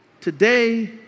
today